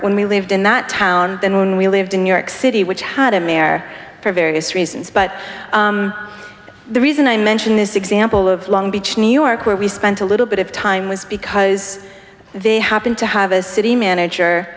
when we lived in that town than when we lived in new york city which had a mare for various reasons by the reason i mention this example of long beach new york where we spent a little bit of time was because they happened to have a city manager